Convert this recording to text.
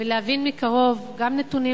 ולהבין מקרוב גם נתונים,